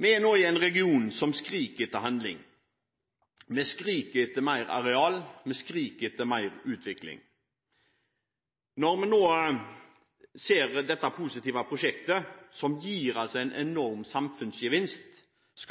Vi er nå i en region som skriker etter handling. Vi skriker etter mer areal, vi skriker etter mer utvikling. Når vi ser at det skal legges begrensninger på dette positive prosjektet – som altså gir en enorm samfunnsgevinst –